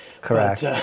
Correct